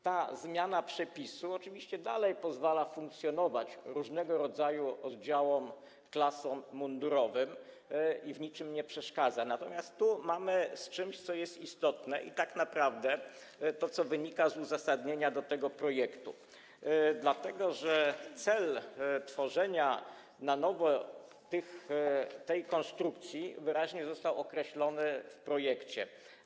Ta zmiana przepisu oczywiście dalej pozwala funkcjonować różnego rodzaju oddziałom, klasom mundurowym i w niczym nie przeszkadza, natomiast tu mamy do czynienia z czymś, co jest istotne i wynika z uzasadnienia tego projektu, dlatego że cel tworzenia na nowo tej konstrukcji wyraźnie został określony w projekcie.